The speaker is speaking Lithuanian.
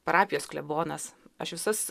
parapijos klebonas aš visas